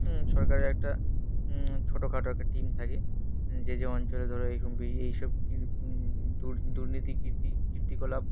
সরকারের একটা ছোটোখাটো একটা টিম থাকে যে যে অঞ্চলে ধরো এইরম এই সব দুর্নীতি কীর্তি কীর্তিকলাপ